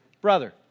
brother